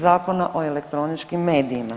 Zakona o elektroničkim medijima.